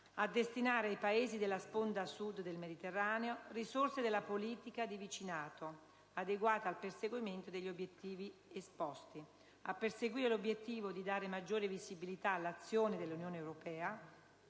«a destinare ai Paesi della sponda Sud del Mediterraneo risorse della politica di vicinato, adeguate al perseguimento degli obiettivi esposti»; «a perseguire l'obiettivo di dare maggiore visibilità all'azione dell'Unione europea